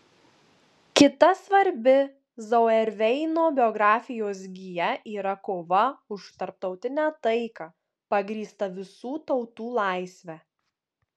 kita svarbi zauerveino biografijos gija yra kova už tarptautinę taiką pagrįstą visų tautų laisve